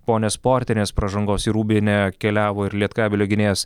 po nesportinės pražangos į rūbinę keliavo ir lietkabelio gynėjas